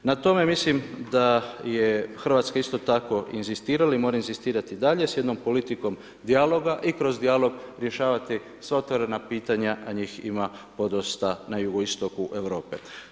Na tome mislim da je Hrvatska isto tako inzistirala i mora inzistirati dalje sa jednom politikom dijaloga i kroz dijalog rješavati sva otvorena pitanja, a njih ima podosta na jugoistoku Europe.